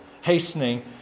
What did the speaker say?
hastening